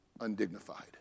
undignified